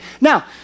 Now